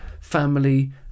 family